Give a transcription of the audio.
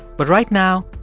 but right now,